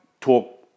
talk